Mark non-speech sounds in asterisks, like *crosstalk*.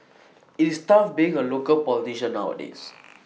*noise* IT is tough being A local politician nowadays *noise*